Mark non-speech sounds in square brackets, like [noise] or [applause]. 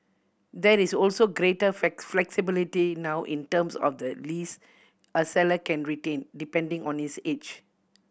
there is also greater [unintelligible] flexibility now in terms of the lease a seller can retain depending on his age